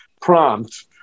prompt